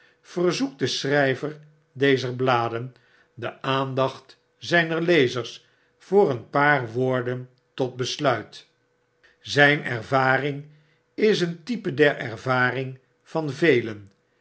verzoekt de schryver dezer bladen de aandacht zyner lezers voor een paar woorden tot besluit zyn ervaring is een type der ervaring van velen